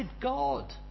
God